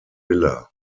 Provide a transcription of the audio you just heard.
villa